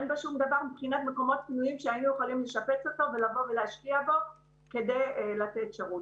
אין מקומות פנויים שהיינו יכולים לשפץ כדי לתת שירות.